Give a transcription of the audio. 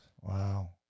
wow